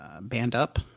Band-Up